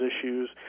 issues